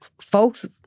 folks